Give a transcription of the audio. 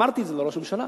אמרתי את זה לראש הממשלה.